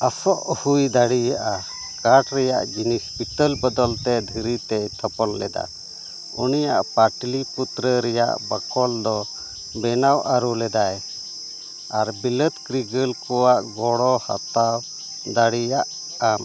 ᱟᱥᱚᱜ ᱦᱩᱭ ᱫᱟᱲᱮᱭᱟᱜᱼᱟ ᱠᱟᱴ ᱨᱮᱭᱟᱜ ᱡᱤᱱᱤᱥ ᱯᱤᱛᱚᱞ ᱵᱚᱫᱚᱞ ᱛᱮ ᱫᱷᱤᱨᱤᱛᱮ ᱛᱚᱯᱚᱞ ᱞᱮᱫᱟ ᱩᱱᱤᱭᱟᱜ ᱯᱟᱴᱞᱤᱯᱩᱛᱨᱚ ᱨᱮᱭᱟᱜ ᱵᱟᱠᱷᱚᱞ ᱫᱚ ᱵᱮᱱᱟᱣ ᱟᱹᱨᱩ ᱞᱮᱫ ᱟᱨ ᱵᱤᱞᱟᱫ ᱠᱨᱤᱜᱮᱞ ᱠᱚᱣᱟᱜ ᱜᱚᱲᱚ ᱦᱟᱛᱟᱣ ᱫᱟᱲᱮᱭᱟᱜ ᱟᱢ